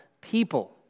people